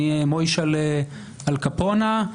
אני מוישל'ה אלקפונה,